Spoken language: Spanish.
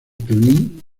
cluny